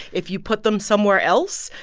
if you put them somewhere else,